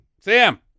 Sam